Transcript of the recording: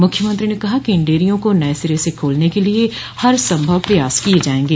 मुख्यमंत्री ने कहा कि इन डयरियों को नये सिरे से खोलने के लिए हर संभव प्रयास किये जायेंगे